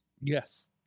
Yes